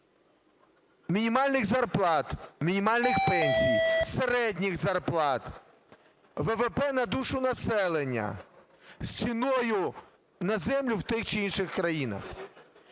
мінімальних зарплат, мінімальних пенсій, середніх зарплат, ВВП на душу населення з ціною на землю в тих чи інших країнах.